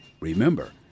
Remember